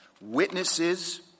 witnesses